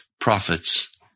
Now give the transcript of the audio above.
prophets